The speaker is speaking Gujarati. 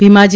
ભીમાજી